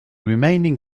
remaining